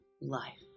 life